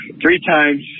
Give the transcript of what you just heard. three-times